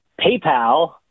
PayPal